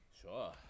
Sure